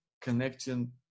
connecting